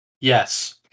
Yes